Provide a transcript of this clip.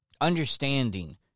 understanding